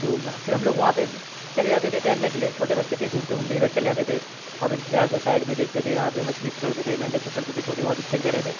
تو پھر ہم لوگ وہاں پہ چلے جاتے تھے ٹہلنے کے لیے چھوٹے بچے تھے گھومتے گھومتے ادھر چلے جاتے تھے اب جا کے سائڈ میں دیکھتے تھے یہاں پہ مچھلی پکڑتے تھے مینڈک پکڑتے تھے چھوٹے وہاں پہ کھیلتے رہتے تھے